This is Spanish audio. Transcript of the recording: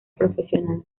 profesional